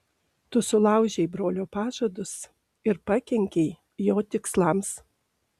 tu sulaužei brolio pažadus ir pakenkei jo tikslams